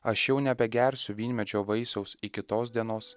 aš jau nebegersiu vynmedžio vaisiaus iki tos dienos